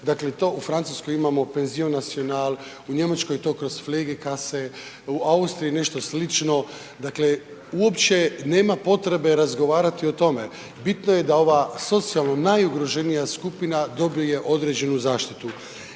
dakle to u Francuskoj imamo pension nacional, u Njemačkoj to kroz .../Govornik se ne razumije./... u Austriji nešto slično, dakle uopće nema potrebe razgovarati o tome, bitno je da ova socijalno najugroženija skupina dobije određenu zaštitu.